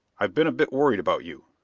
i've been a bit worried about you.